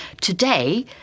Today